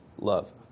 love